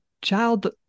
child